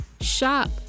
shop